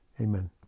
amen